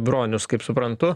bronius kaip suprantu